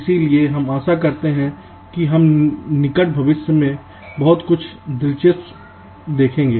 इसलिए हम आशा करते हैं कि हम निकट भविष्य में कुछ बहुत दिलचस्प देखेंगे